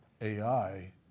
AI